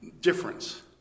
difference